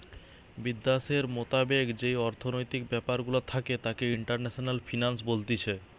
বিদ্যাশের মোতাবেক যেই অর্থনৈতিক ব্যাপার গুলা থাকে তাকে ইন্টারন্যাশনাল ফিন্যান্স বলতিছে